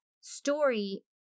story